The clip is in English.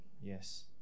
Yes